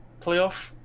playoff